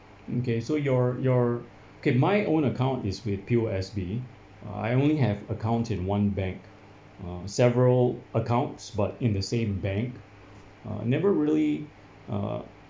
okay so your your K my own account is with P_O_S_B uh I only have accounts in one bank uh several accounts but in the same bank uh never really uh